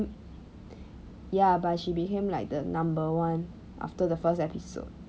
ya but she became like the number one after the first episode